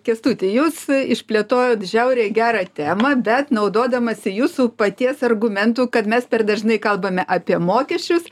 kęstuti jūs išplėtojot žiauriai gerą temą bet naudodamasi jūsų paties argumentu kad mes per dažnai kalbame apie mokesčius